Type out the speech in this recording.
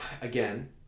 again